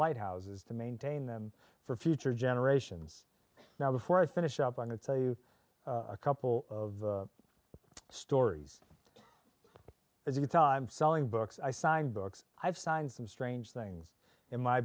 lighthouses to maintain them for future generations now before i finish up on to tell you a couple of stories as you time selling books i signed books i've signed some strange things in my